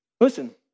Listen